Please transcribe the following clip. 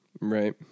right